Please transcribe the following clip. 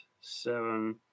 seven